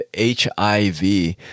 HIV